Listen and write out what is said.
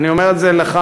ואני אומר את זה לך,